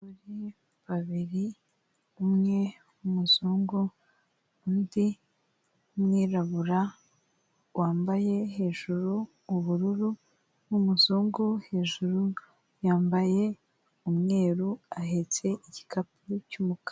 Abagore babiri umwe w'umuzungu, undi w'umwirabura wambaye hejuru ubururu n'umuzungu hejuru yambaye umweru, ahetse igikapu cy'umukara.